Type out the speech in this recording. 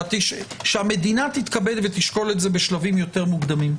שהמדינה תתכבד ותשקול את זה בשלבים יותר מוקדמים.